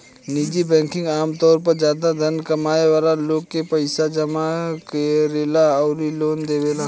निजी बैंकिंग आमतौर पर ज्यादा धन कमाए वाला लोग के पईसा जामा करेला अउरी लोन देवेला